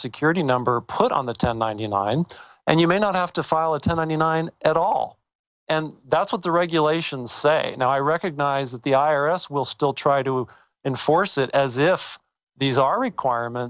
security number put on the ten nine and you may not have to file it to ninety nine at all and that's what the regulations say now i recognize that the i r s will still try to enforce it as if these are requirement